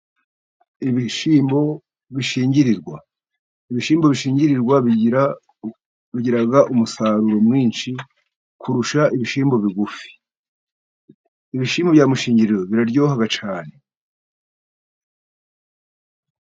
Ibishyimbo bishingirwa, ibishyimbo bishingirwa bigira umusaruro mwinshi kurusha ibishyimbo bigufi. Ibishyimbo byashingirirwa biraryoha cyane.